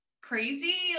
crazy